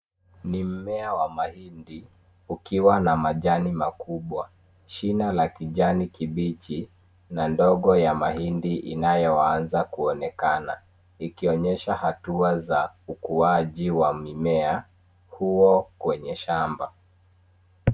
Mimea wa mahindi ukiwa na majani makubwa jina la kijani kibichi na ndogo ya mahindi inayoanza kuonekana ikionyesha hatua za ukuaji wa mimea huo kwenye shamba.